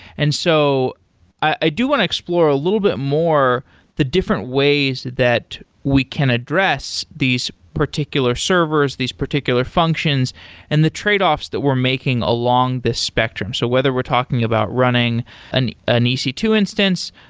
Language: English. and so i do want to explore a little bit more the different ways that we can address these particular servers, these particular functions and the tradeoffs that we're making along this spectrum. so whether we're talking about running an an e c two instance,